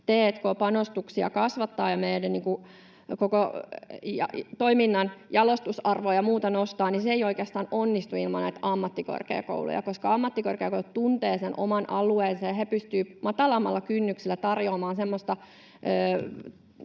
t&k-panostuksia kasvattaa ja meidän koko toiminnan jalostusarvoa ja muuta nostaa, niin se ei oikeastaan onnistu ilman näitä ammattikorkeakouluja, koska ammattikorkeakoulut tuntevat sen oman alueensa ja he pystyvät matalammalla kynnyksellä tarjoamaan semmoista